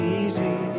easy